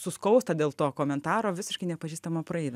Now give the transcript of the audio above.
suskausta dėl to komentaro visiškai nepažįstamo praeivio